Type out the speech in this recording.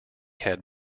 had